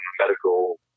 medical